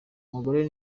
mugore